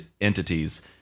entities